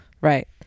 Right